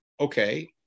Okay